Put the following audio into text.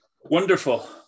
Wonderful